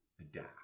adapt